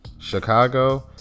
Chicago